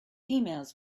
emails